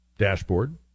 dashboard